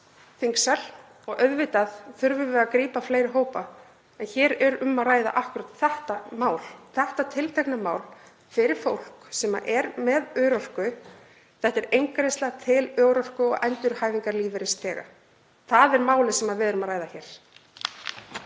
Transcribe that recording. þingsal og auðvitað þurfum við að grípa fleiri hópa, en hér er um að ræða akkúrat þetta tiltekna mál fyrir fólk sem er með örorku. Þetta er eingreiðsla til örorku- og endurhæfingarlífeyrisþega. Það er málið sem við erum að ræða hér.